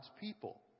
people